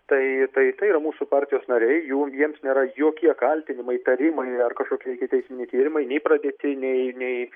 tai tai tai yra mūsų partijos nariai jų jiems nėra jokie kaltinimai įtarimai ar kažkokie ikiteisminiai tyrimai nei pradėti nei nei